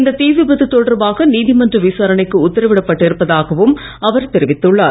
இந்த தீ விபத்து தொடர்பாக நீதிமன்ற விசாரணைக்கு உத்தரவிட்டிருப்பதாகவும் அவர் தெரிவித்துள்ளார்